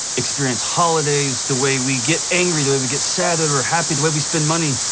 experience holidays, the way we get angry, the way we get sad or happy, the way we spend money,